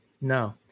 no